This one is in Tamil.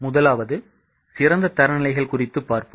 முதலாவது சிறந்த தரநிலைகள் குறித்து பார்ப்போம்